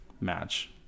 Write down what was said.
match